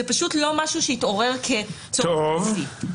זה פשוט לא משהו שהתעורר כצורך בסיסי.